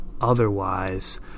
otherwise